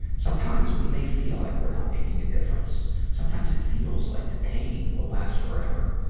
sometimes, we may feel like we're not making a difference. sometimes, it feels like the pain will last forever.